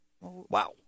Wow